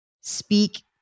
speak